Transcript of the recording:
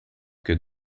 que